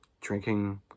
drinking